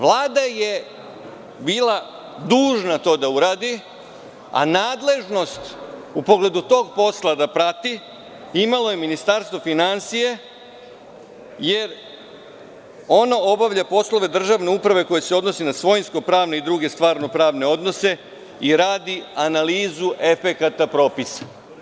Vlada je bila dužna to da uradi, a nadležnost u pogledu tog posla da prati imalo je Ministarstvo finansija, jer ono obavlja poslove državne uprave koji se odnose na svojinsko-pravne i druge stvarno-pravne odnose i radi analizu efekata propisa.